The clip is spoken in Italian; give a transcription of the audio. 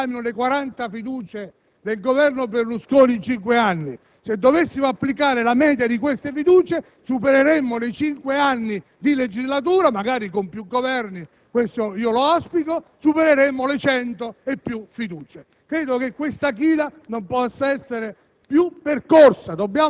È inutile che i colleghi richiamino le 40 fiducie del Governo Berlusconi in cinque anni. Se si dovesse applicare la media di queste fiducie, supereremmo, nei cinque anni di legislatura, magari con più Governi (ed io lo auspico), le 100 e più fiducie. Credo che questa china non possa esser